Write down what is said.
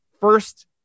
first